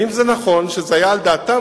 אם זה נכון שזה היה על דעתן,